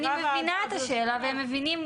אני מבינה את השאלה, והם מבינים.